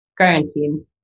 quarantine